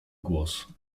głos